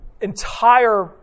entire